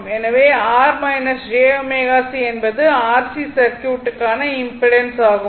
எனவே R j ω c என்பது R C சர்க்யூட்டுக்கான இம்பிடன்ஸ் ஆகும்